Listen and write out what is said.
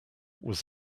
was